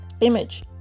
image